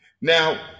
Now